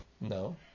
no